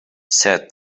said